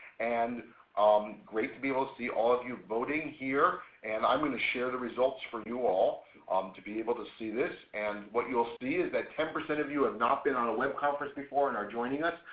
and um great to be able to see all of you voting here. and i'm going to share the results for you all um to be able to see this. and what you'll see is that ten percent of you have not been on a web conference before and are joining us.